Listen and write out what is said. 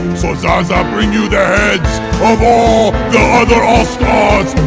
so zaza bring you the heads of all the other all-stars